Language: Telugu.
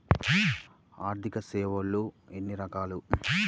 ఆర్థిక సేవలు ఎన్ని రకాలు?